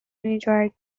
enjoyed